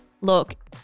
Look